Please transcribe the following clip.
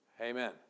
Amen